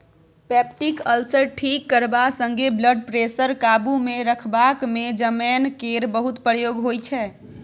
peptic ulcer ठीक करबा संगे ब्लडप्रेशर काबुमे रखबाक मे जमैन केर बहुत प्रयोग होइ छै